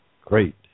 great